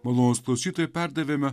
malonūs klausytojai perdavėme